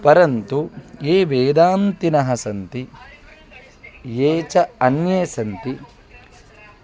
परन्तु ये वेदान्तिनः सन्ति ये च अन्ये सन्ति